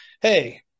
hey